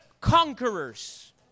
conquerors